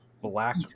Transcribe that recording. black